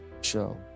show